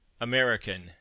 American